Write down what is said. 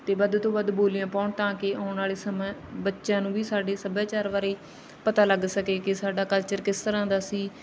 ਅਤੇ ਵੱਧ ਤੋਂ ਵੱਧ ਬੋਲੀਆਂ ਪਾਉਣ ਤਾਂ ਕਿ ਆਉਣ ਵਾਲੇ ਸਮਾਂ ਬੱਚਿਆਂ ਨੂੰ ਵੀ ਸਾਡੇ ਸੱਭਿਆਚਾਰ ਬਾਰੇ ਪਤਾ ਲੱਗ ਸਕੇ ਕਿ ਸਾਡਾ ਕਲਚਰ ਕਿਸ ਤਰ੍ਹਾਂ ਦਾ ਸੀ